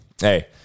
hey